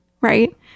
right